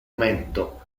momento